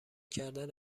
کردن